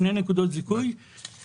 2 נקודות זיכוי,